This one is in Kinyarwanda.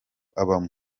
abamo